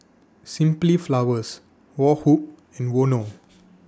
Simply Flowers Woh Hup and Vono